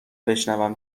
بشنوم